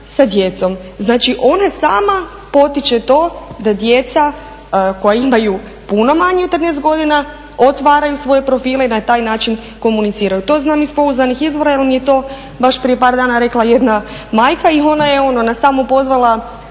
sa djecom. Znači ona sama potiče to da djeca koja imaju puno manje od 13 godina otvaraju svoje profile i na taj način komuniciraju. To znam iz pouzdanih izvora jer mi je to baš prije par dana rekla jedna majka i ona je na samo pozvala